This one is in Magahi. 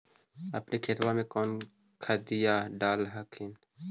अपने खेतबा मे कौन खदिया डाल हखिन?